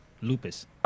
Lupus